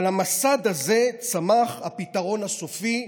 על המסד הזה צמח הפתרון הסופי,